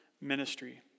Ministry